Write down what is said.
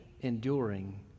enduring